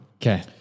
Okay